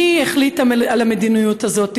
מי החליט על המדיניות הזאת,